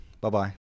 bye-bye